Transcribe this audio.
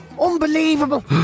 Unbelievable